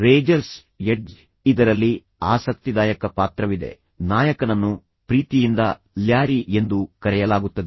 razor ಸ್ edge ಇದರಲ್ಲಿ ಆಸಕ್ತಿದಾಯಕ ಪಾತ್ರವಿದೆ ನಾಯಕನನ್ನು ಪ್ರೀತಿಯಿಂದ ಲ್ಯಾರಿ ಎಂದು ಕರೆಯಲಾಗುತ್ತದೆ